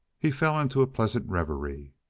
he fell into a pleasant reverie.